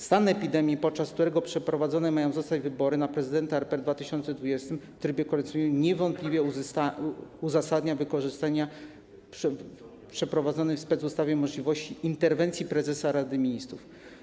Stan epidemii, podczas którego przeprowadzone mają zostać wybory na prezydenta RP w 2020 r. w trybie korespondencyjnym, niewątpliwie uzasadnia wykorzystanie wprowadzonej w specustawie możliwości interwencji prezesa Rady Ministrów.